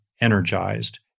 energized